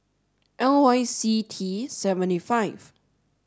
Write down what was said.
L Y C T seventy five